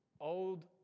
old